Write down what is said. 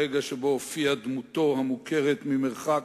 הרגע שבו הופיעה דמותו, המוכרת ממרחק,